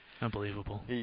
unbelievable